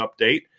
update